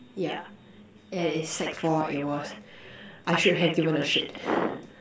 yeah and in sec four it was I should have given a shit